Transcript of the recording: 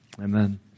Amen